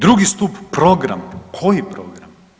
Drugi stup, program, koji program?